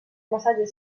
massatge